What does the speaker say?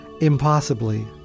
impossibly